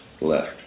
left